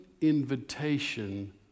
invitation